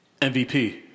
MVP